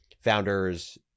founders